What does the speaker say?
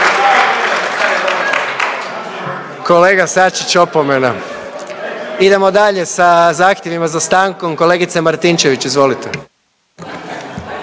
dobivate drugu opomenu. Idemo dalje sa zahtjevima za stankom, kolega Pavliček, izvolite.